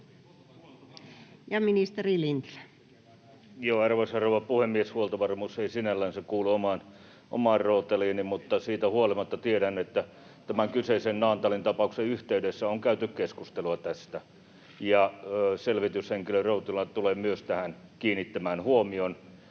Ministeri Lintilä. Arvoisa rouva puhemies! Huoltovarmuus ei sinällänsä kuulu omaan rooteliini, mutta siitä huolimatta tiedän, että tämän kyseisen Naantalin tapauksen yhteydessä on käyty keskustelua tästä, ja selvityshenkilö Routila tulee myös tähän kiinnittämään huomion.